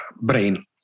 brain